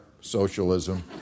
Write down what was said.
socialism